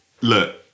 Look